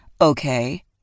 Okay